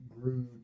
grew